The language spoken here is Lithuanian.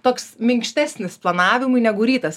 toks minkštesnis planavimui negu rytas